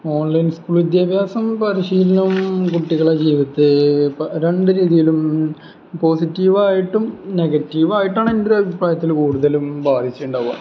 online school വിദ്യാഭ്യാസം പരിശീലനവും കുട്ടികളുടെ ജീവിതത്തിൽ രണ്ട് രീതിയിലും പോസിറ്റീവായിട്ടും നെഗറ്റീവായിട്ടാണ് എൻ്റെ ഒരഭിപ്രായത്തില് കൂടുതലും ബാധിച്ചിട്ടുണ്ടാവുക